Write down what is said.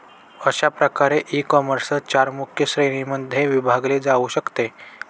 अशा प्रकारे ईकॉमर्स चार मुख्य श्रेणींमध्ये विभागले जाऊ शकते